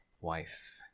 wife